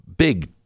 big